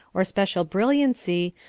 or special brilliancy,